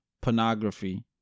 pornography